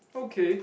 okay